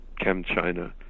ChemChina